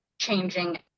changing